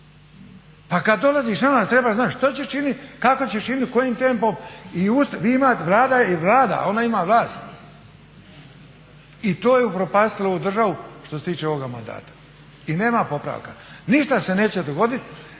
Pa kad dolaziš na vlast treba znat što ćeš činit, kako ćeš činit, kojim tempom. Vlada je i Vlada, ona ima vlast i to je upropastilo ovu državu što se tiče ovoga mandata i nema popravka. Ništa se neće dogoditi,